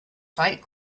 fight